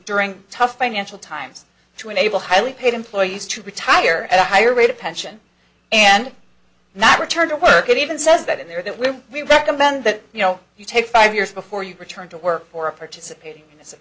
tough financial times to enable highly paid employees to retire at a higher rate of pension and not return to work it even says that in there that we recommend that you know you take five years before you return to work for a participating in this